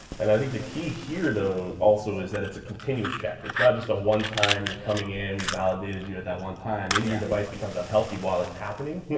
and i think the key here though, also is that it's a continuous check. it's not just a one time you're coming in and we've validated you at that one time maybe the device becomes unhealthy while it's happening.